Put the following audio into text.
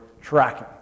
tracking